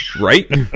Right